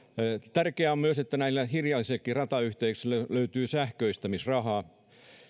tärkeää on myös että näillä hiljaisillekin ratayhteyksille löytyy sähköistämisrahaa